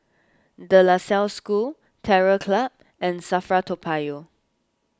De La Salle School Terror Club and Safra Toa Payoh